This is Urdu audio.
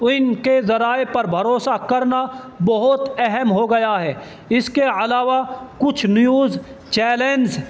وہ ان کے ذرائع پر بھروسہ کرنا بہت اہم ہو گیا ہے اس کے علاوہ کچھ نیوز چیلنز